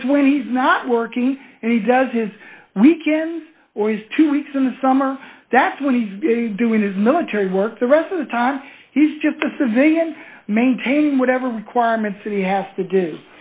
it's when he's not working and he does his weekend or is two weeks in the summer that's when he's doing his military work the rest of the time he's just a civilian maintaining whatever requirements that he has to do